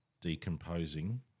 decomposing